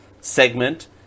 segment